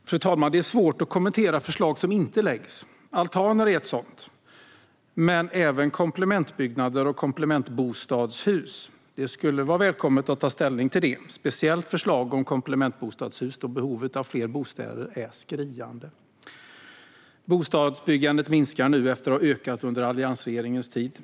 Fru talman! Det är dock svårt att kommentera förslag som inte läggs. Altaner är ett sådant, liksom komplementbyggnader och komplementbostadshus. Det skulle ha varit välkommet att ta ställning till detta, och då speciellt förslag om komplementbostadshus, eftersom behovet av fler bostäder är skriande. Bostadsbyggandet minskar nu efter att ha ökat under alliansregeringens tid.